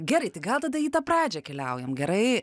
gerai tai gal tada į tą pradžią keliaujam gerai